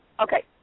Okay